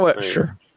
Sure